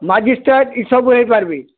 magistrate ଇସବୁ ହୋଇପାରିବେ